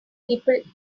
people